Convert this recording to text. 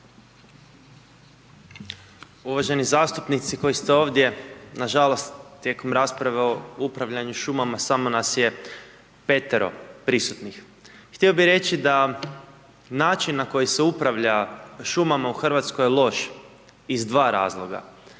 Uvaženi zastupnici koji ste ovdje, na žalost tijekom rasprave o upravljanju šumama samo nas je 5. prisutnih. Htio bih reći da način na koji se upravlja šumama u Hrvatskoj je loš iz dva razloga.